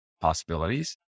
possibilities